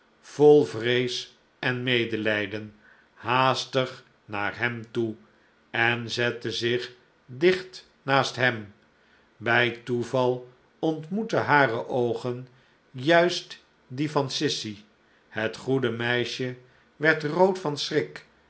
vol vrees en medelijden haastig naar hem toe en zette zich dicht naast hem bij toeval ontmoetten hare oogen juist die van sissy het goede meisje werd rood van schrik